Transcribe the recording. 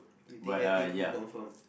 you think I think who confirm